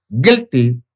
guilty